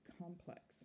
complex